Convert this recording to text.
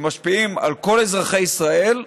שמשפיעים על כל אזרחי ישראל,